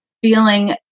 feeling